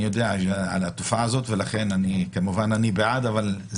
אני מכיר את התופעה הזאת, ולכן אני בעד, כמובן.